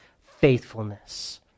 faithfulness